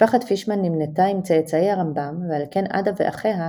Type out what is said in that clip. משפחת פישמן נמנתה עם צאצאי הרמב"ם ועל כן עדה ואחיה,